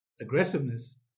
aggressiveness